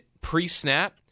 pre-snap